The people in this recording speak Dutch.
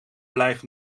blijft